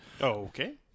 Okay